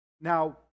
Now